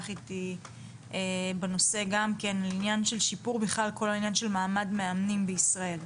איתי בנושא שיפור מעמד מאמנים בנושא,